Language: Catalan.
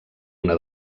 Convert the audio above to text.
una